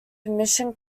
permission